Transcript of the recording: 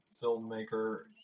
filmmaker